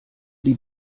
die